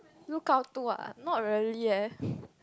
look out to ah not really eh